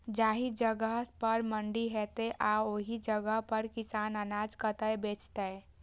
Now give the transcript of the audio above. जाहि जगह पर मंडी हैते आ ओहि जगह के किसान अनाज कतय बेचते?